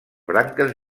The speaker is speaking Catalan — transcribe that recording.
branques